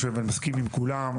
אני מסכים עם כולם.